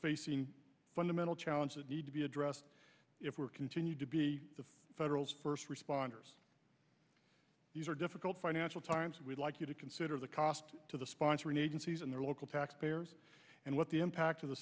facing a fundamental challenge that need to be addressed if we're continue to be the federals first responders these are difficult financial times we'd like you to consider the cost to the sponsoring agencies and their local taxpayers and what the impact of the